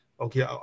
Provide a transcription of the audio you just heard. Okay